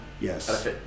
Yes